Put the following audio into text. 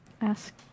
ask